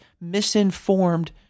misinformed